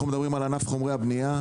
אנחנו מדברים על ענף חומרי הבנייה,